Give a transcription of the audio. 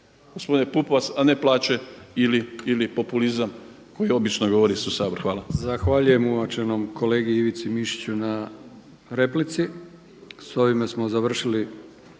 gospodine Pupovac, a ne plaće ili populizam koji obično govori se za Sabor. Hvala.